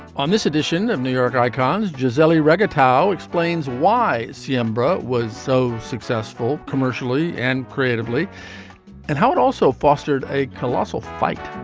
on this edition of new york icons giuseppe rego tao explains why sambora was so successful commercially and creatively and how it also fostered a colossal fight